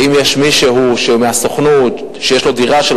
ואם יש מישהו מהסוכנות שיש לו דירה של